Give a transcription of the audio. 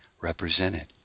represented